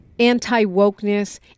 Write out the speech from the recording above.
anti-wokeness